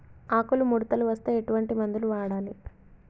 ఆకులు ముడతలు వస్తే ఎటువంటి మందులు వాడాలి?